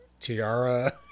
tiara